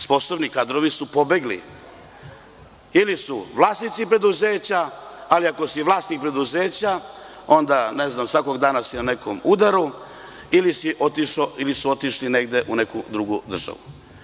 Sposobni kadrovi su pobegli ili su vlasnici preduzeća, ali ako si vlasnik preduzeća onda ne znam svakog dana si na nekom udaru ili si otišao ili su otišli nege u neku drugu državu.